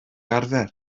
arfer